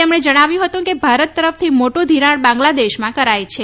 તેમણે કહ્યું કે ભારત તરફથી મોટું ઘિરાણ બાંગ્લાદેશમાં કરાય છે